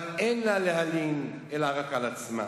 אבל אין לה להלין אלא על עצמה.